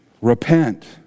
repent